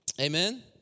Amen